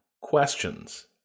questions